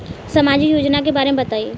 सामाजिक योजना के बारे में बताईं?